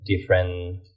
different